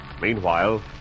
Meanwhile